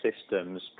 systems